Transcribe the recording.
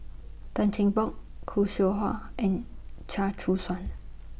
Tan Cheng Bock Khoo Seow Hwa and Chia Choo Suan